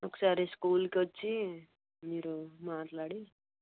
ఒకసారి స్కూల్కి వచ్చి మీరు మాట్లాడి